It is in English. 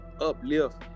uplift